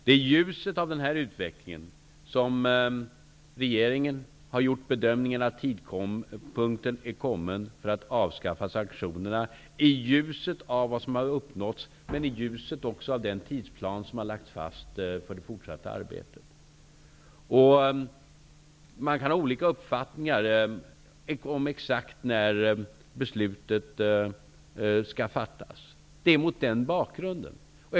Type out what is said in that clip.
I ljuset av denna utveckling, i ljuset av vad som uppnåtts, i ljuset av den tidsplan som lagts fast för det fortsatta arbetet, har regeringen gjort bedömningen att tidpunkten är kommen för att avskaffa sanktionerna. Man kan ha olika uppfattningar om när beslutet exakt skall fattas, men det är mot den bakgrunden som det skall ses.